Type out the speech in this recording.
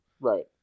Right